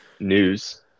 news